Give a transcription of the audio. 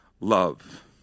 love